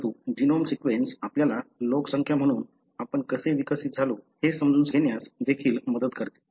परंतु genome sequence आपल्याला लोकसंख्या म्हणून आपण कसे विकसित झालो हे समजून घेण्यास देखील मदत करते